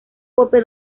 pope